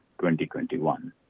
2021